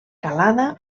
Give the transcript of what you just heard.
calada